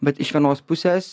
bet iš vienos pusės